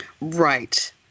Right